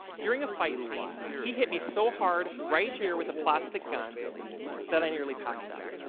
during a fight scene, he hit me so hard right here with a plastic gun that i nearly passed out.